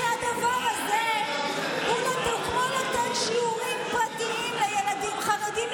כי הדבר הזה הוא כמו לתת שירותים פרטיים לילדים חרדים,